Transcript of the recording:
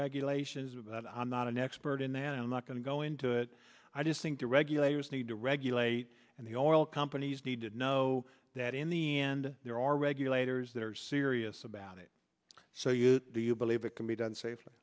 regulations but i'm not an expert in that i'm not going to go into it i just think the regulators need to regulate and the oil companies need to know that in the end there are regulators that are serious about it so you do you believe it can be done safe